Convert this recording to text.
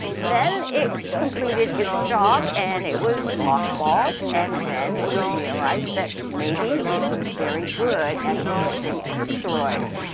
then it completed its job and it was mothballed, and then it was realized that maybe it was very good at detecting asteroids.